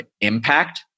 impact